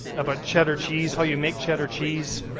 about cheddar cheese, how you make cheddar cheese.